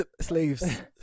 slaves